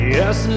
Yes